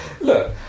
look